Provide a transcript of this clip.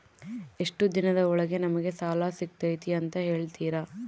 ಎಷ್ಟು ದಿನದ ಒಳಗೆ ನಮಗೆ ಸಾಲ ಸಿಗ್ತೈತೆ ಅಂತ ಹೇಳ್ತೇರಾ?